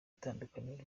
tandukaniro